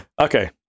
Okay